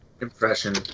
impression